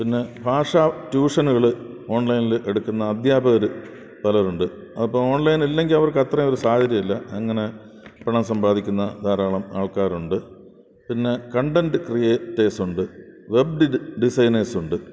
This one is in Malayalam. പിന്നെ ഭാഷ ട്യൂഷനുകള് ഓൺലൈനില് എടുക്കുന്ന അധ്യാപകര് പലരുണ്ട് അപ്പോള് ഓൺലൈൻ ഇല്ലെങ്കില് അവർക്ക് അത്രയും ഒരു സാഹചര്യം ഇല്ല അങ്ങനെ പണം സമ്പാദിക്കുന്ന ധാരാളം ആൾക്കാരുണ്ട് പിന്നെ കണ്ടൻ്റ് ക്രിയേറ്റേഴ്സ് ഉണ്ട് വെബ് ഡി ഡിസൈനേഴ്സ് ഉണ്ട്